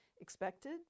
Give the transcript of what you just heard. expected